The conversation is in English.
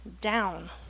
down